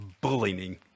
bullying